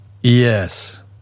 Yes